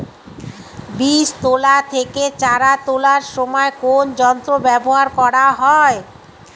বীজ তোলা থেকে চারা তোলার সময় কোন যন্ত্র ব্যবহার করা হয়?